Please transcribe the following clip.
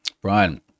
Brian